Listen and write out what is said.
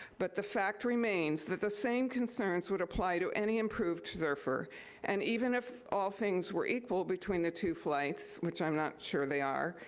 but the fact remains that the same concerns would apply to any improved serfr, and even if all things were equal between the two flights, which i'm not sure they are,